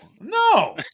No